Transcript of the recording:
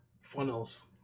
funnels